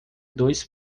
dois